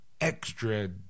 extra